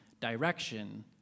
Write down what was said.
direction